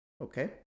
Okay